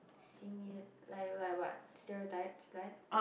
similarities~ like like like what stereotypes like